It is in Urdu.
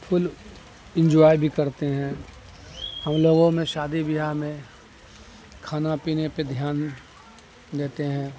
فل انجوائے بھی کرتے ہیں ہم لوگوں میں شادی بیاہ میں کھانا پینے پہ دھیان دیتے ہیں